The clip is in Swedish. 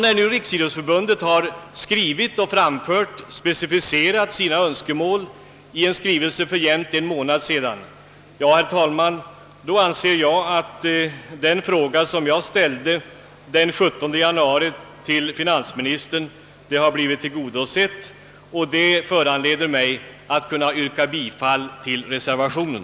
När Riksidrottsförbundet för jämnt en månad sedan i en skrivelse har specificerat sina önskemål, anser jag att syftet med den fråga, som jag den 17 januari ställde till finansministern, har blivit tillgodosett, och det föranleder att jag kan yrka bifall till reservationen.